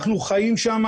אנחנו חיים שם,